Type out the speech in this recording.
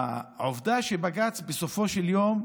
עובדה שבג"ץ, בסופו של יום,